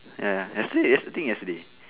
ya ya yesterday that's the thing yesterday